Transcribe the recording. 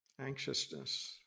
anxiousness